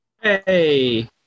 Hey